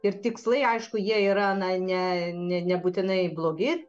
ir tikslai aišku jie yra na ne ne nebūtinai blogi